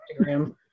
Instagram